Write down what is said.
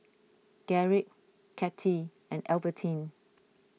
Garrick Kattie and Albertine